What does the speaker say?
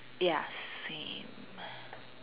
ya same